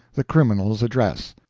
the criminal's address.